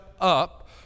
up